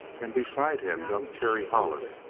and beside him young terry hollis,